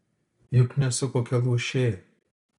juk nesu kokia luošė